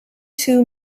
two